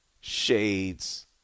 shades